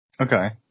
okay